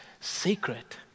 secret